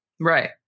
Right